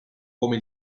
come